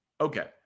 Okay